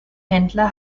händler